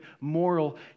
moral